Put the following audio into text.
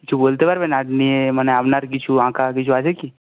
কিছু বলতে পারবেন আর্ট নিয়ে মানে আপনার কিছু আঁকা কিছু আছে কি